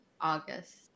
August